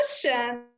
question